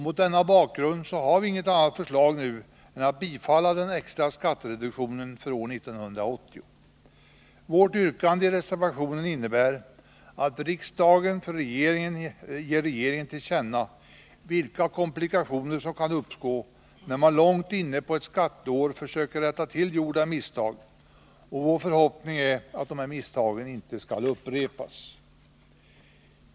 Mot denna bakgrund har vi nu inget annat förslag än ett bifall till den extra skattereduktionen för år 1980. Vårt yrkande i reservationen innebär att riksdagen ger regeringen till känna vilka komplikationer som kan uppstå när man långt inne på ett skatteår försöker rätta till gjorda misstag, och vår förhoppning är att misstagen inte skall upprepas.